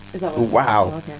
wow